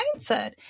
mindset